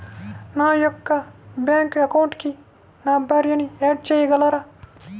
నా యొక్క బ్యాంక్ అకౌంట్కి నా భార్యని యాడ్ చేయగలరా?